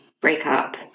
breakup